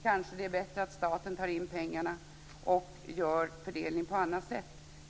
Kanske är det bättre att staten tar in pengarna och gör fördelningen på annat sätt.